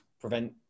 prevent